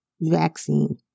vaccine